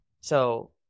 So-